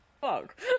fuck